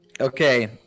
Okay